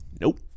Nope